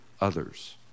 others